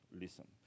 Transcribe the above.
listen